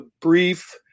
brief